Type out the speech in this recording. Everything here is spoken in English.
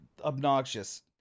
obnoxious